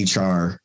HR